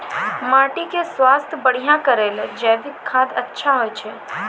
माटी के स्वास्थ्य बढ़िया करै ले जैविक खाद अच्छा होय छै?